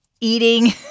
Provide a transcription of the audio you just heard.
eating